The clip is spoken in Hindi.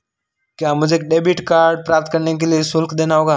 क्या मुझे डेबिट कार्ड प्राप्त करने के लिए शुल्क देना होगा?